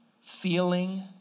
feeling